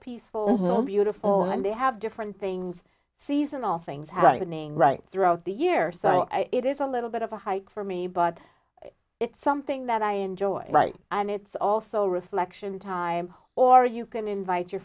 peaceful beautiful and they have different things seasonal things happening right throughout the year so it is a little bit of a hike for me but it's something that i enjoy and it's also reflection time or you can invite your